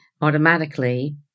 automatically